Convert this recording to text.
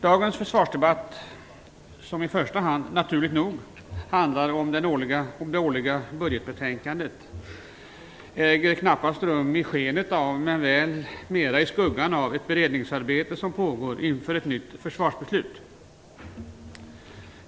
Dagens försvarsdebatt som i första hand, naturligt nog, handlar om det årliga budgetbetänkandet äger knappast rum i skenet av men väl i skuggan av ett beredningsarbete som pågår inför ett nytt försvarsbeslut.